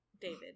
David